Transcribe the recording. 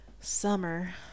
summer